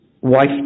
wife